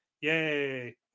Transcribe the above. yay